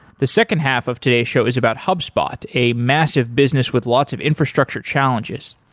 the second half of today's show is about hubspot, a massive business with lots of infrastructure challenges.